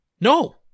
No